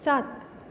सात